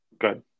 good